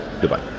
Goodbye